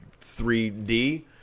3D